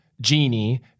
genie